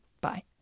Bye